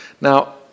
Now